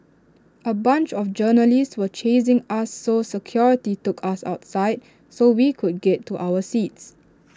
A bunch of journalists were chasing us so security took us outside so we could get to our seats